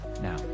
Now